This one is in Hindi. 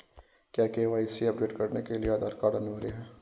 क्या के.वाई.सी अपडेट करने के लिए आधार कार्ड अनिवार्य है?